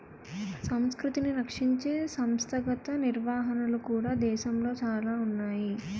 సంస్కృతిని రక్షించే సంస్థాగత నిర్వహణలు కూడా దేశంలో చాలా ఉన్నాయి